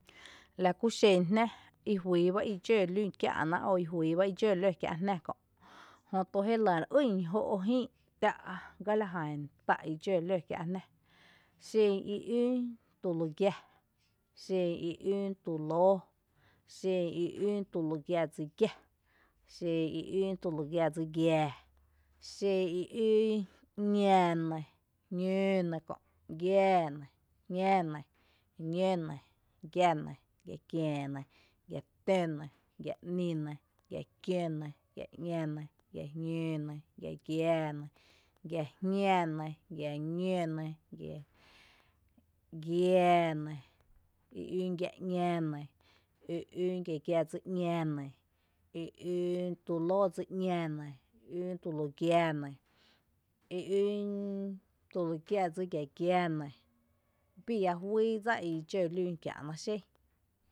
Lákúxen jnⱥ ijuyy bá idxǿ lún kiä’ná kie’ ijuyy bá idxǿ ló kiä’ jná kö’, jötu jelⱥ reýn jó’ jïï’ tⱥ’ gála jan tá’ i idxǿ ló kiä’ jná, xen i ún tulugia, xen i ún tulǿǿ, xen i ún tulugia dsi giá, xen i ún tulugia dsi giaa, xen i ún ‘ñⱥ nɇ, jñɇɇ nɇ, giⱥⱥ nɇ kö’, jñⱥ nɇ, ñǿ nɇ, giⱥ kiⱥⱥ nɇ, gia tǿ nɇ, gia nï nɇ, gia kiǿ nɇ, gia ‘ñⱥ nɇ, gia jñǿǿ nɇ, gia giaa nɇ, gia jñá nɇ, gia ñé nɇ, giaa nɇ, i ún gia ‘ña nɇ, i ún gia giá dsí ‘ña nɇ, i ún tuloo dsí ´ña nɇ, i ún tulu gia nɇ, i ún tulu gia dsí gia giá nɇ, bii iⱥ juíi dsa idxǿ lún kiä’ná xén.